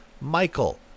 Michael